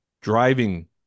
driving